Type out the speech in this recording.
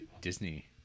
Disney